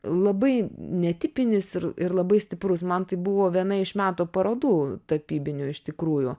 labai netipinis ir ir labai stiprus man tai buvo viena iš meto parodų tapybinių iš tikrųjų